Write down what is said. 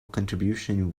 contribution